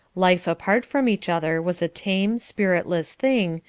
life apart from each other was a tame, spiritless thing,